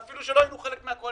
ואפילו שלא היינו חלק מהקואליציה.